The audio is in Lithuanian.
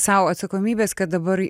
sau atsakomybės kad dabar